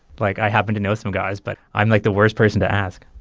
like i happened to know some guys, but i'm like the worst person to ask